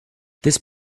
this